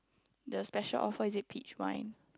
the special offer is it peach wine